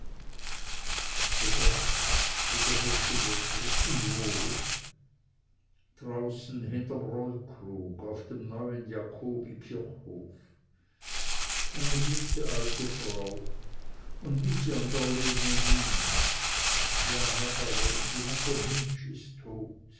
begraben wiederholte botho und wo draußen hinterm rollkrug auf dem neuen jakobikirchhof eine gute alte frau und wie sie an der lene hing ja herr baron die mutter nimptsch ist tot